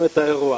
את האירוע.